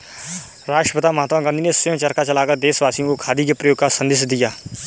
राष्ट्रपिता महात्मा गांधी ने स्वयं चरखा चलाकर देशवासियों को खादी के प्रयोग का संदेश दिया